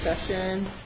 session